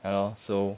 ya lor so